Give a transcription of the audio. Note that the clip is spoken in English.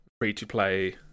free-to-play